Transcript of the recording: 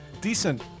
decent